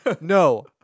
no